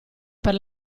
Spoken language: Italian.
per